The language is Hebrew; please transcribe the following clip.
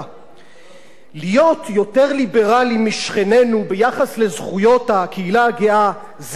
להיות יותר ליברליים משכנינו ביחס לזכויות הקהילה הגאה זה רף מאוד נמוך.